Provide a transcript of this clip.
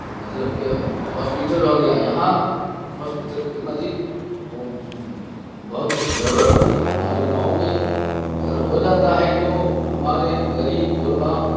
مطلب کہ ہاسپیٹل ہو گیا یہاں ہاسپیٹل کے مزید بہت ضرورت تھی ہمارے گاؤں میں اگر ہو جاتا ہے تو ہمارے غریب غربا